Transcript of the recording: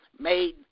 made